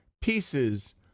pieces